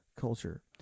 culture